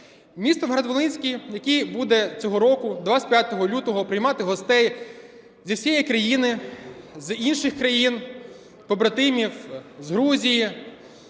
Місто Новоград-Волинський, який буде цього року 25 лютого приймати гостей зі всієї країни, з інших країн-побратимів, з Грузії,